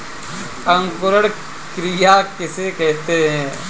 अंकुरण क्रिया किसे कहते हैं?